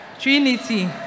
Trinity